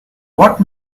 what